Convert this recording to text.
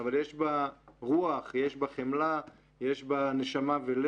אבל יש בה רוח, יש בה חמלה, יש בה נשמה ולב.